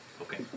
Okay